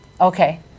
Okay